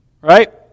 right